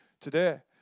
today